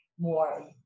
more